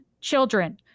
children